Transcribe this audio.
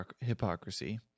hypocrisy